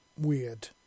weird